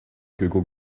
google